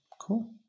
Cool